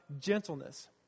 gentleness